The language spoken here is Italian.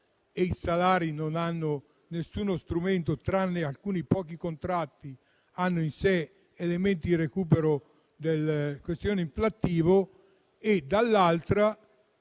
e i salari non hanno alcuno strumento, tranne alcuni pochi contratti, ed elementi di recupero della questione inflattiva. Dall'altra